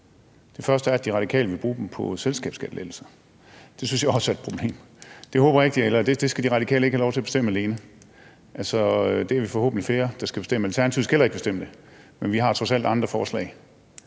Det første er, at De Radikale vil bruge dem på selskabsskattelettelser. Det synes jeg også er et problem, og det skal De Radikale ikke have lov til at bestemme alene. Det er vi forhåbentlig flere, der skal bestemme. Alternativet skal heller ikke bestemme det, men vi har trods alt andre forslag,